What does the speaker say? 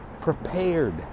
prepared